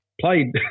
played